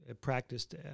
practiced